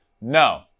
No